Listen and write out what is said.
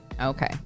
okay